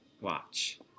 watch